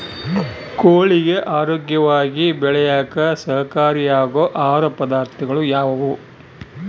ಕೋಳಿಗೆ ಆರೋಗ್ಯವಾಗಿ ಬೆಳೆಯಾಕ ಸಹಕಾರಿಯಾಗೋ ಆಹಾರ ಪದಾರ್ಥಗಳು ಯಾವುವು?